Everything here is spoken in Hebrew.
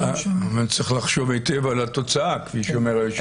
צריך לחשוב היטב על התוצאה, כפי שאומר היושב